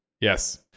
Yes